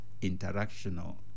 interactional